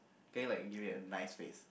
can you give me like a nice face